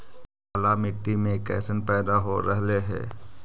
काला मिट्टी मे कैसन पैदा हो रहले है?